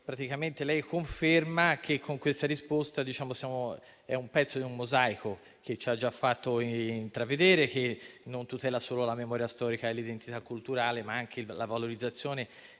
soddisfatto della sua risposta. Essa è un pezzo di un mosaico che ci ha già fatto intravedere, che non tutela solo la memoria storica e l'identità culturale, ma anche la valorizzazione